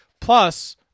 Plus